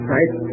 Right